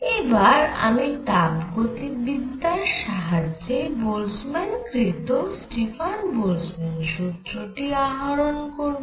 এবার আমি তাপগতিবিদ্যার সাহায্যে বোলজম্যান কৃৎ স্টিফান বোলজম্যান সুত্রটি আহরণ করব